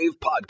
Podcast